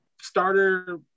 starter